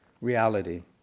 reality